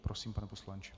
Prosím, pane poslanče.